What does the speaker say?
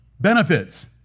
benefits